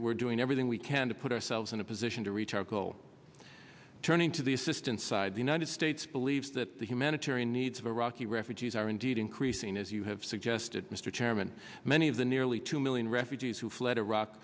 we're doing everything we can to put ourselves in a position to reach our goal turning to the assistance side the united states believes that the humanitarian needs of iraq the refugees are indeed increasing as you have suggested mr chairman many of the nearly two million refugees who fled iraq